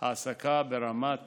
העסקה ברמת